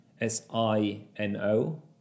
S-I-N-O